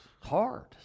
hard